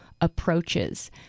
approaches